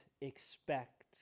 expect